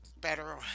better